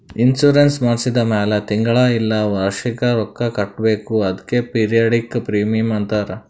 insurance ಮಾಡ್ಸಿದ ಮ್ಯಾಲ್ ತಿಂಗಳಾ ಇಲ್ಲ ವರ್ಷಿಗ ರೊಕ್ಕಾ ಕಟ್ಬೇಕ್ ಅದ್ಕೆ ಪಿರಿಯಾಡಿಕ್ ಪ್ರೀಮಿಯಂ ಅಂತಾರ್